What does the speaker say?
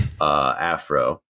afro